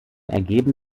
ergeben